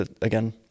again